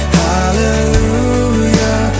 hallelujah